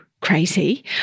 crazy